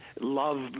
love